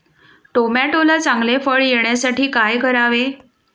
टोमॅटोला चांगले फळ येण्यासाठी काय करावे?